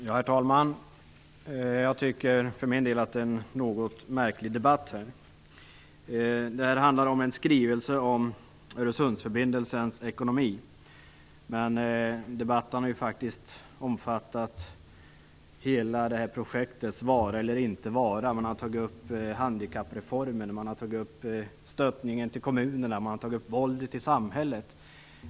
Herr talman! Jag tycker att detta är en något märklig debatt. Den handlar om en skrivelse om Öresundsförbindelsens ekonomi. Men debatten har omfattat hela projektets vara eller inte vara. Man har tagit upp handikappreformen, stödet till kommunerna och våldet i samhället.